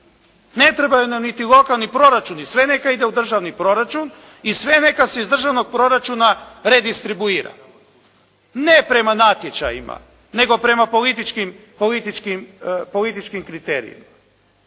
Ne trebaju nam niti lokalni proračuni, sve neka ide u državni proračun i sve neka se iz državnog proračuna redistribuira. Ne prema natječajima, nego prema političkim kriterijima.